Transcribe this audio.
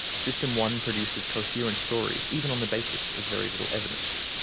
system one produces coherent stories, even on the basis of very little evidence.